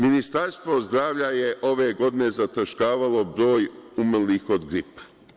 Ministarstvo zdravlja je ove godine zataškavalo broj umrlih od gripa.